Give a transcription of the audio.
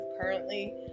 currently